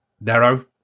narrow